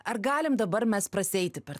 ar galim dabar mes prasieiti per